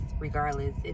regardless